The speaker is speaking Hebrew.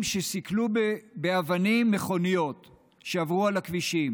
שסקלו באבנים מכוניות שעברו בכבישים,